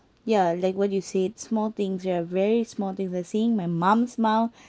ya like what you said small things ya very small things like seeing my mum's smile